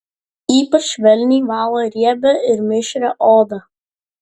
ypač švelniai valo riebią ir mišrią odą